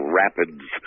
rapids